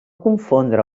confondre